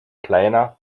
kleiner